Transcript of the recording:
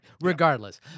regardless